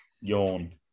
Yawn